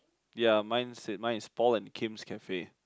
ya mine said mine is fall in Kims cafe